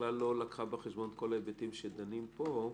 ולא לקחה בחשבון את כל ההיבטים שדנים עליהם פה.